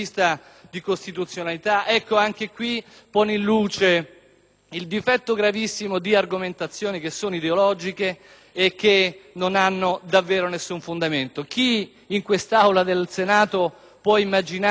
il difetto gravissimo di argomentazioni ideologiche, che non hanno davvero alcun fondamento. Chi in quest'Aula del Senato può immaginare o pensare che la sovranità del Parlamento può essere limitata